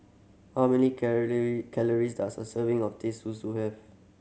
how many calories does a serving of Teh Susu have